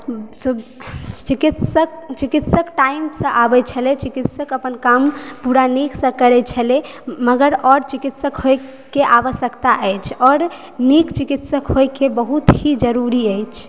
सु चिकित्सक चिकित्सक टाइम सॅं आबय छलै चिकित्सक अपन काम पूरा नीक सॅं करै छलै मगर आओर चिकित्सक होइ के आवश्यकता अछि आओर नीक चिकित्सक होए के बहुत ही ज़रूरी अछि